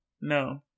No